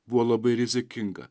buvo labai rizikinga